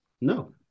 No